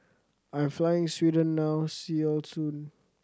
I am flying Sweden now see you soon